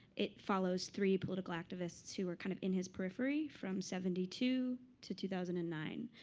it follows three political activists who were kind of in his periphery from seventy two to two thousand and nine.